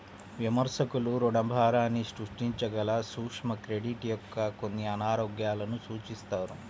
విమర్శకులు రుణభారాన్ని సృష్టించగల సూక్ష్మ క్రెడిట్ యొక్క కొన్ని అనారోగ్యాలను సూచిస్తారు